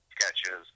sketches